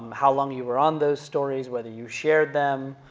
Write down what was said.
how long you were on those stories, whether you shared them,